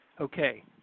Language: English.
Okay